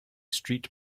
street